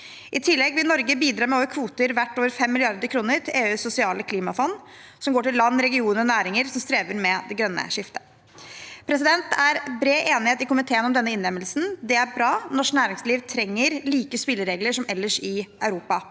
I tillegg vil Norge bidra med kvoter verdt over 5 mrd. kr til EUs sosiale klimafond, som går til land, regioner og næringer som strever med det grønne skiftet. Det er bred enighet i komiteen om denne innlemmelsen. Det er bra. Norsk næringsliv trenger like spilleregler som ellers i Europa.